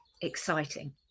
exciting